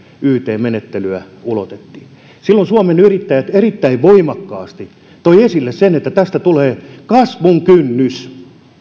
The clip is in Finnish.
yt menettelyä ulotettiin silloin suomen yrittäjät erittäin voimakkaasti toi esille sen että tästä tulee kasvun kynnys